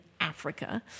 Africa